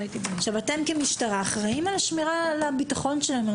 אתם כמשטרה אחראים על השמירה על הביטחון שלהם,